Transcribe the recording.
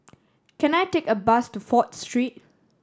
can I take a bus to Fourth Street